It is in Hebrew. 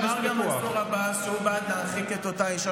אמר גם מנסור עבאס שהוא בעד להרחיק את אותה אישה,